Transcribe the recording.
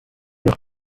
noch